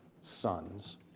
sons